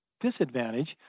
disadvantage